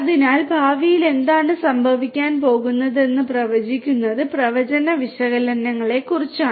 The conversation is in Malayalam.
അതിനാൽ ഭാവിയിൽ എന്താണ് സംഭവിക്കാൻ പോകുന്നതെന്ന് പ്രവചിക്കുന്നത് പ്രവചന വിശകലനങ്ങളെക്കുറിച്ചാണ്